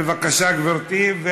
בבקשה, גברתי.